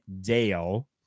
Dale